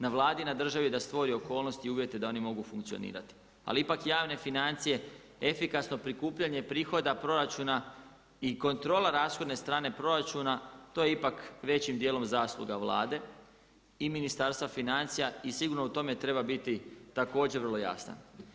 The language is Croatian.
Na Vladi i na državi je da stvori okolnosti i uvjete da oni mogu funkcionirati, ali ipak javne financije efikasno prikupljanje prihoda proračuna i kontrola rashodne strane proračuna to je ipak većim dijelom zasluga Vlade i Ministarstva financija i sigurno u tome treba biti također vrlo jasan.